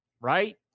right